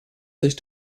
sich